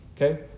okay